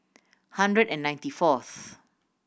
hundred and ninety fourth